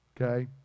okay